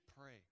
pray